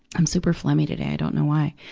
i'm super phlegmy today, i don't know why.